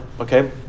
okay